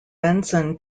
benson